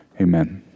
amen